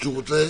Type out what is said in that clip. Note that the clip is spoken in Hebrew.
שהוא רוצה